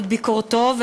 את ביקורתו,